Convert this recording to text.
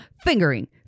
fingering